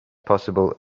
possible